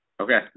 Okay